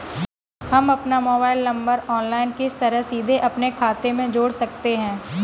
हम अपना mobile number online किस तरह सीधे अपने खाते में जोड़ सकते हैं?